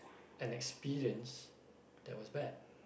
an experience that was bad